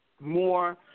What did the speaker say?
more